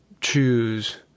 choose